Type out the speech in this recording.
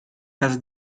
casa